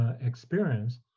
experience